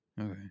Okay